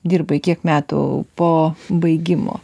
dirbai kiek metų po baigimo